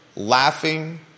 Laughing